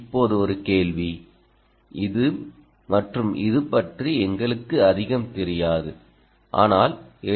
இப்போது கேள்வி இது மற்றும் இது பற்றி எங்களுக்கு அதிகம் தெரியாது ஆனால் எல்